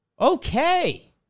Okay